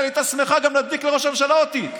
הייתה שמחה להדביק לראש הממשלה עוד תיק,